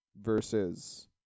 versus